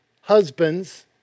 husbands